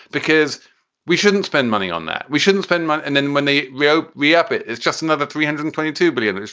because we shouldn't spend money on that. we shouldn't spend money. and then when they wrote we up, it is just another three hundred and twenty two billion.